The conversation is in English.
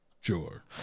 Sure